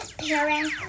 parents